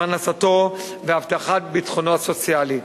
פרנסתו והבטחת ביטחונו הסוציאלי.